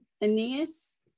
Aeneas